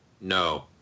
no